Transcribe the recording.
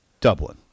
Dublin